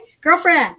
girlfriend